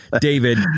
David